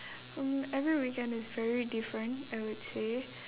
hmm every weekend is very different I would say